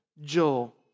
Joel